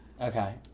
Okay